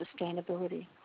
sustainability